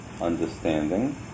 understanding